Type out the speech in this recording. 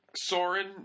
Soren